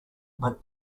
but